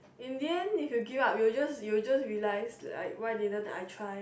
in the end if you give up you just you just realize like why didn't I try